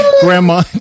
Grandma